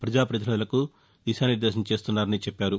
ప్రజా ప్రతినిధులకు దిశానిర్దేశం చేస్తున్నారని చెప్పారు